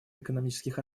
экономических